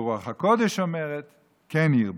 ורוח הקודש אומרת "כן ירבה",